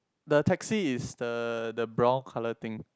the taxi is the the brown colour thing